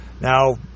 Now